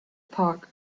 park